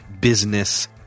business